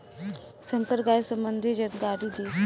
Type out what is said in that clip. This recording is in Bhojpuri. संकर गाय सबंधी जानकारी दी?